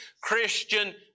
Christian